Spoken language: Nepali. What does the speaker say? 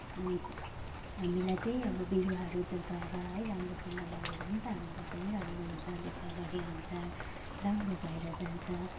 हामीलाई त्यही अब बिरुवाहरू जोगाएर है राम्रोसँगले भयो भने त हामीलाई पनि राम्रो हुन्छ दुःख गरे अनुसार राम्रो भएर जान्छ